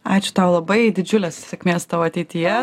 ačiū tau labai didžiulės sėkmės tau ateityje